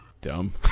dumb